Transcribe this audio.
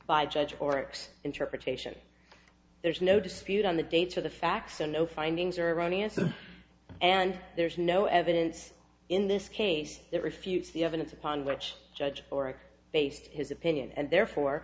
by judge or ex interpretation there is no dispute on the dates of the facts and no findings are running answer and there is no evidence in this case that refutes the evidence upon which judge or it based his opinion and therefore